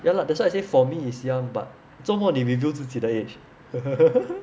ya lah that's why I say for me is young but 做末你 reveal 自己的 age